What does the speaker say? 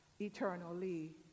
eternally